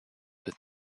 with